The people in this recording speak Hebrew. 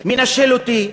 מנשל אותי,